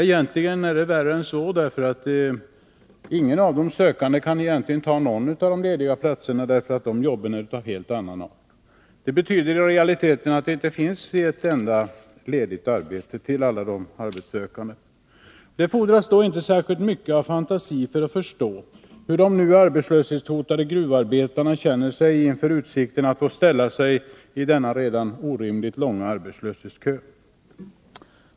Egentligen är det värre än så, eftersom ingen av de sökande kan ta någon av de lediga platserna därför att dessa arbeten är av alldeles speciell art. Det betyder att det i realiteten inte finns ett enda ledigt arbete för alla dessa arbetssökande. Det fordras inte mycket av fantasi för att förstå hur de nu arbetslöshetshotade gruvarbetarna känner sig inför utsikten att få ställa sig i den redan nu orimligt långa arbetslöshetskön.